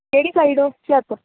ਕਿਹੜੀ ਸਾਈਡ ਹੁਸ਼ਿਆਰਪੁਰ